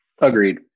Agreed